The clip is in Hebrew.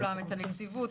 את הנציבות,